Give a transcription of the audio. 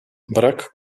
brak